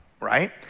right